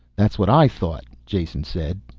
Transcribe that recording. that's what i thought, jason said.